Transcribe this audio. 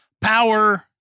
power